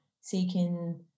seeking